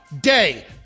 Day